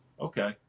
okay